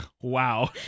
wow